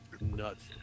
Nuts